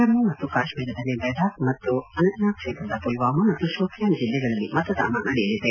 ಜಮ್ನು ಮತ್ತು ಕಾಶ್ಸೀರದಲ್ಲಿ ಲಡಾಕ್ ಮತ್ತು ಅನಂತನಾಗ್ ಕ್ಷೇತ್ರದ ಪುಲ್ವಾಮಾ ಮತ್ತು ಶೋಪಿಯಾನ್ ಜಿಲ್ಲೆಗಳಲ್ಲಿ ಮತದಾನ ನಡೆಯಲಿದೆ